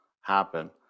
happen